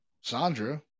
Sandra